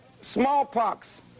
smallpox